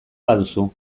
baduzu